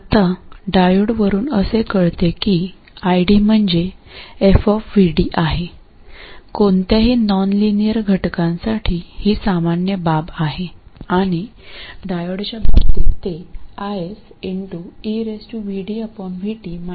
आता डायोड वरून असे कळते की ID म्हणजे f आहे कोणत्याही नॉनलिनियर घटकांसाठी ही सामान्य बाब आहे आणि डायोडच्या बाबतीत ते IS असे आहे